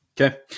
Okay